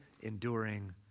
enduring